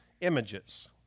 images